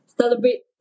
celebrate